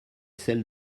celle